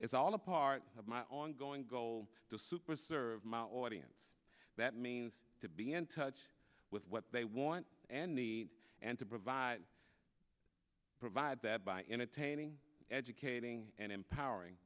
it's all a part of my ongoing goal to super serve my audience that means to be in touch with what they want and need and to provide provide that by entertaining educating and empowering